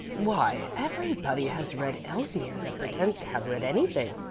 why, everybody has read elsmere that pretends to have read anything,